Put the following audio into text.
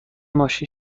ماشین